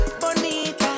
bonita